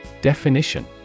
Definition